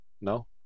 No